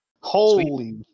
Holy